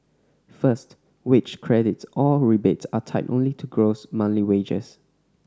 first wage credits or rebates are tied only to gross monthly wages